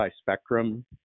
spectrum